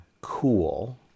cool